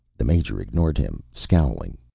the major ignored him, scowling.